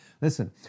Listen